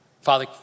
Father